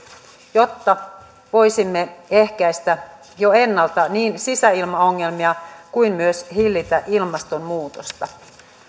jotta voisimme niin ehkäistä jo ennalta sisäilmaongelmia kuin myös hillitä ilmastonmuutosta